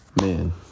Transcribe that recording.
Man